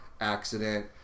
accident